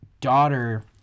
daughter